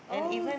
oh